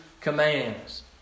commands